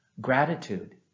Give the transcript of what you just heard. gratitude